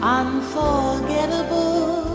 unforgettable